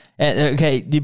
Okay